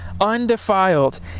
undefiled